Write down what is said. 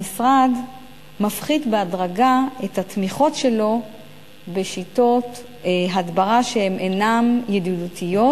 המשרד מפחית בהדרגה את התמיכות שלו בשיטות הדברה שאינן ידידותיות,